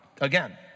Again